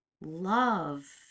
love